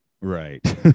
Right